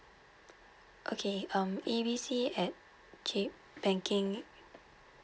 okay um A B C at G banking